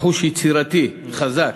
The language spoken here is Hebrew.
בחוש יצירתי חזק,